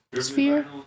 Sphere